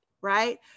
right